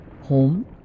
Home